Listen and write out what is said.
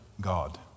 God